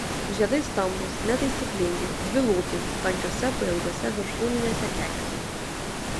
žiedai stambūs netaisyklingi dvilūpiai tankiose pailgose viršūninėse kekėse